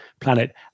planet